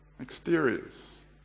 exteriors